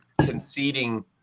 conceding